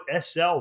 SL